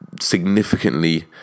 significantly